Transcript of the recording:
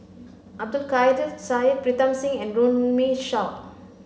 Abdul Kadir Syed Pritam Singh and Runme Shaw